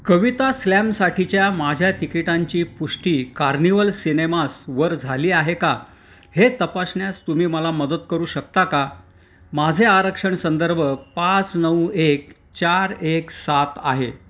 कविता स्लॅमसाठीच्या माझ्या तिकिटांची पुष्टी कार्निवल सिनेमासवर झाली आहे का हे तपासण्यास तुम्ही मला मदत करू शकता का माझे आरक्षण संदर्भ पाच नऊ एक चार एक सात आहे